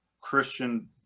Christian